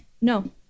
no